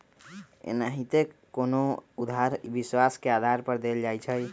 एनाहिते कोनो उधार विश्वास के आधार पर देल जाइ छइ